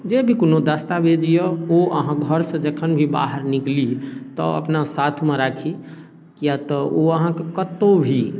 जे भी कोनो दस्तावेज अइ ओ अहाँ घरसँ जखन भी बाहर निकली तऽ अपना साथमे राखी किएक तऽ ओ अहाँके कतहु भी